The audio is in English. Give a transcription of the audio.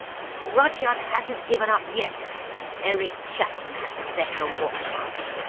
but rudyard hasn't given up yet and eric chapman had better watch out.